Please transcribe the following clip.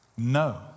No